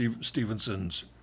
Stevenson's